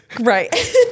right